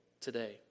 today